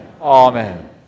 amen